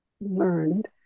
learned